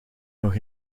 nog